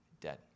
dead